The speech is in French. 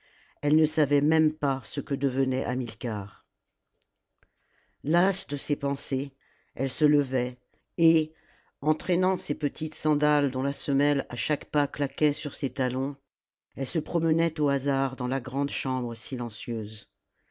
elle ne savait même pas ce que devenait hamilcar lasse de ses pensées elle se levait et en traînant ses petites sandales dont la semelle à chaque pas claquait sur ses talons elle se promenait au hasard dans la grande chambre silencieuse